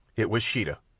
it was sheeta,